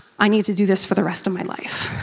i need to do this for the rest of my life.